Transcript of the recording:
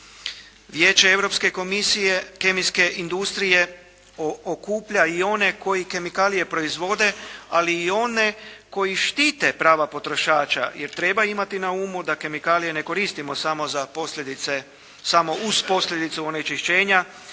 Vijeće Europske komisije kemijske industrije okuplja i one koji kemikalije proizvode ali i one koji štite prava potrošača jer treba imati na umu da kemikalije ne koristimo samo za posljedice samo